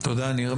תודה ניר.